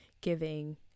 giving